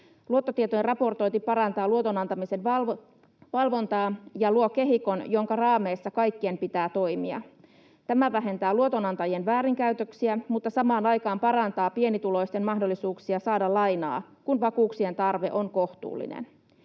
Luottotietojen raportointi parantaa luoton antamisen valvontaa ja luo kehikon, jonka raameissa kaikkien pitää toimia. Tämä vähentää luotonantajien väärinkäytöksiä mutta samaan aikaan parantaa pienituloisten mahdollisuuksia saada lainaa, kun vakuuksien tarve on kohtuullinen.